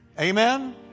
Amen